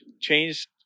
changed